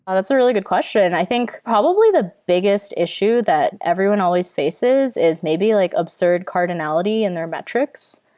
that's a really good question. i think probably the biggest issue that everyone always faces is maybe like absurd cardinality in their metrics,